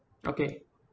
okay